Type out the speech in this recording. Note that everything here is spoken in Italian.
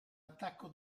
attacco